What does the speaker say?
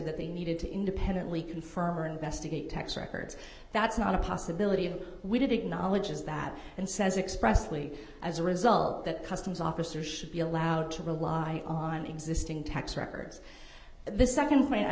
that they needed to independently confirm or investigate tax records that's not a possibility that we did acknowledges that and says expressly as a result that customs officers should be allowed to rely on existing tax records but the second